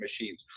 machines